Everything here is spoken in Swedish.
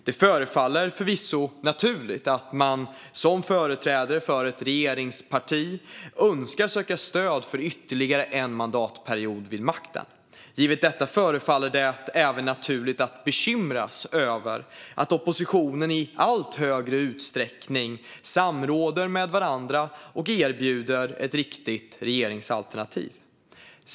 Det förefaller förvisso naturligt att man som företrädare för ett regeringsparti önskar söka stöd för ytterligare en mandatperiod vid makten. Givet detta förefaller det även naturligt att bekymras över att oppositionspartierna i allt större utsträckning samråder med varandra och erbjuder ett riktigt regeringsalternativ.